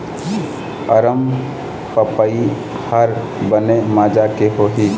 अरमपपई हर बने माजा के होही?